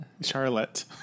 Charlotte